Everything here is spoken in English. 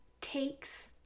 takes